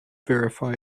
verify